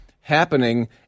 happening